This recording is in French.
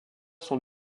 sont